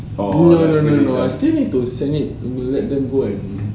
no no no no I still need to send it to let them go and